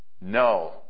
No